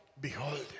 behold